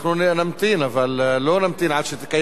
אבל לא נמתין עד שתקיים את כל השיחות בדרך.